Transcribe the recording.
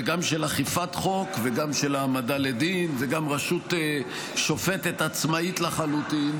וגם של אכיפת חוק וגם של העמדה לדין וגם רשות שופטת עצמאית לחלוטין,